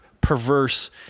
perverse